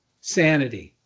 sanity